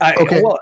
Okay